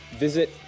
Visit